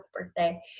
birthday